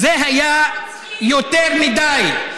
זה היה יותר מדי.